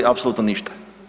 Apsolutno ništa.